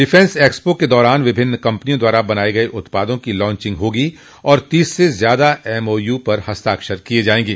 defence expo के दौरान विभिन्न कम्पनियों द्वारा बनाये गये उत्पादों की लांचिंग होगी और तीस से ज्यादा एमओयू पर हस्ताक्षर किये जायेंगे